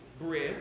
bread